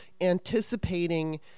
anticipating